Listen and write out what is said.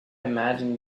imagine